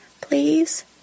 Please